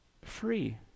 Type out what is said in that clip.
Free